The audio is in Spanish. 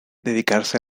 dedicarse